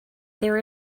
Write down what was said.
there